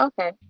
okay